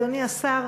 אדוני השר,